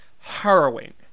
harrowing